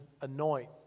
anoint